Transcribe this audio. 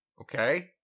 okay